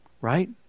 Right